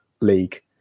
league